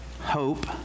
Hope